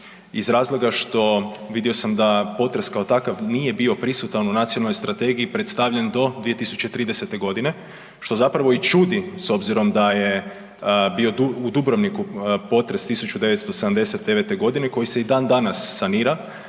iz razloga što vidio sam da potres kao takav nije bio prisutan u nacionalnoj strategije predstavljen do 2030. godine što i čudi s obzirom da je bio u Dubrovniku potres 1979. koji se i dan danas sanira